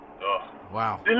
Wow